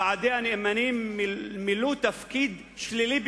ועדי הנאמנים מילאו תפקיד שלילי ביותר,